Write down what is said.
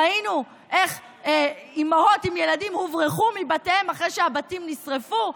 ראינו איך אימהות עם ילדים הוברחו מבתיהם אחרי שהבתים נשרפו.